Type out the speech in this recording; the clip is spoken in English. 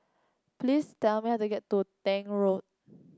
please tell me how to get to Tank Road